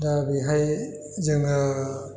दा बेहाय जोंङो